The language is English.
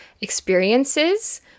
experiences